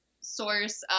source